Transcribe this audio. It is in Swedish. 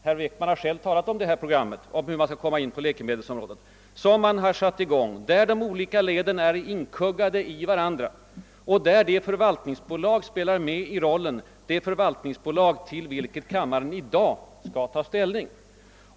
Herr Wickman har själv talat om hur staten skall komma in på läkemedelsområdet, där olika led är inkuggade i varandra och där förvaltningsbolaget har en roll, det förvaltningsbolag till vilket kammaren i dag skall ta ställning.